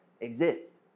exist